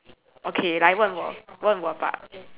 okay 来问我问我吧